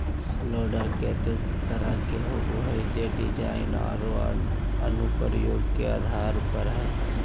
loader केते तरह के होबो हइ, जे डिज़ाइन औरो अनुप्रयोग के आधार पर हइ